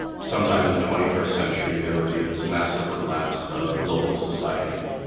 sometime in the twenty first century, there would be this massive collapse of global society